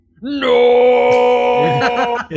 No